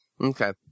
Okay